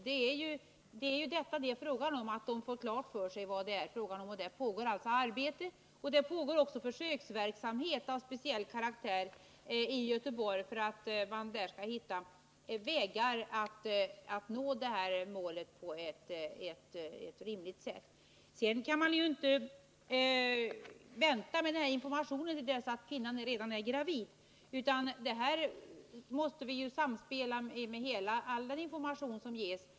Det gäller att se till att blivande mödrar får klart för sig vad det är fråga om. På det området pågår arbete. Det pågår försökverksamhet av speciell karaktär i Göteborg för att hitta vägar att nå detta mål på ett rimligt sätt. Man kan ju inte vänta med denna information till dess att kvinnan är gravid, utan man måste samspela med all den information som ges.